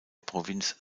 provinz